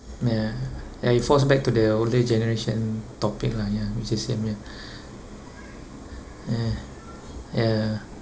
ya ya it falls back to the older generation topic lah ya which is same ya ya ya